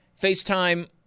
FaceTime